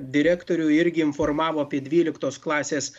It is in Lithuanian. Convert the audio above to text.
direktorių irgi informavo apie dvyliktos klasės